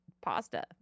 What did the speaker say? pasta